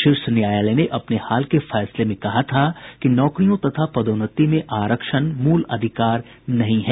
शीर्ष न्यायालय ने अपने हाल के फैसले में कहा था कि नौकरियों तथा पदोन्नति में आरक्षण मूल अधिकार नहीं है